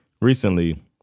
recently